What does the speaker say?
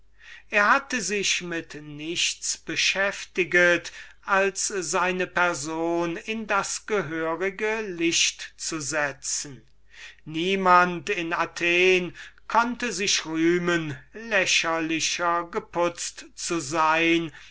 er hatte sich also mit nichts beschäftiget als seine person in das gehörige licht zu setzen niemand in athen konnte sich rühmen lächerlicher geputzt zu sein